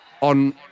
on